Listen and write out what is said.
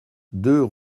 deux